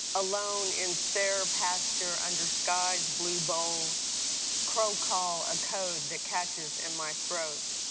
alone in sere pastor under skies blue bowl crow call a code that catches in my throat.